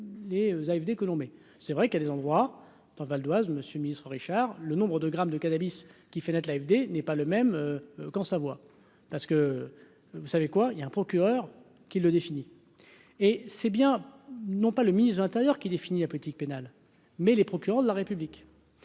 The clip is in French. vu, dès que l'on mais c'est vrai qu'il y a des endroits dans le Val-d Oise monsieur le ministre Richard le nombre de grammes de cannabis qui fait naître l'AFD n'est pas le même qu'en Savoie parce que vous savez quoi, il y a un procureur qui le définit. Et c'est bien, non pas le ministre de l'Intérieur qui définit la politique pénale mais les procureurs de la République